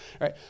right